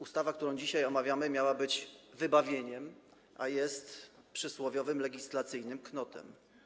Ustawa, którą dzisiaj omawiamy, miała być wybawieniem, a jest przysłowiowym legislacyjnym knotem.